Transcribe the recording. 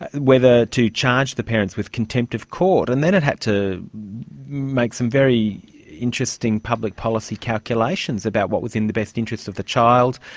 whether to charge the parents with contempt of court. and then it had to make some very interesting public policy calculations about what was in the best interests of the child,